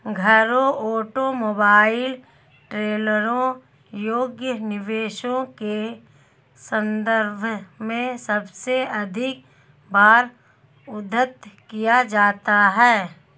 घरों, ऑटोमोबाइल, ट्रेलरों योग्य निवेशों के संदर्भ में सबसे अधिक बार उद्धृत किया जाता है